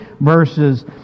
verses